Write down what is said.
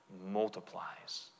multiplies